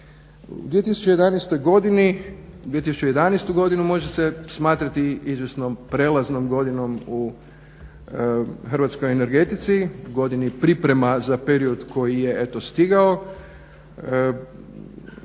2011. godinu može se smatrati prelaznom godinom u hrvatskoj energetici, godini priprema za period koji je eto stigao.